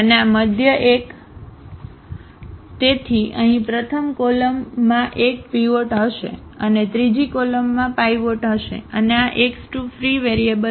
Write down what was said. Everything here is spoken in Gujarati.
અને આ મધ્ય એક તેથી અહીં પ્રથમ કોલમ કોલમ માં એક પીવોર્ટ હશે અને ત્રીજી કોલમમાં પાઇવોટ હશે અને આ x 2 ફ્રી વેરિયેબલ હશે